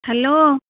hello